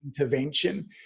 intervention